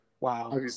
Wow